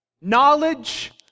knowledge